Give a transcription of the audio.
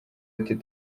ati